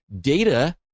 data